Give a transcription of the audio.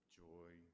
joy